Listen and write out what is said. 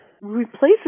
replaces